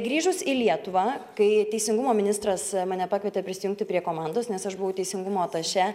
grįžus į lietuvą kai teisingumo ministras mane pakvietė prisijungti prie komandos nes aš buvau teisingumo atašė